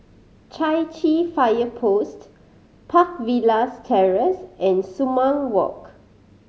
Chai Chee Fire Post Park Villas Terrace and Sumang Walk